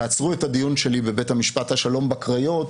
תעצרו את הדיון שלי בבית המשפט השלום בקריות,